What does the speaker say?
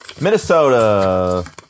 Minnesota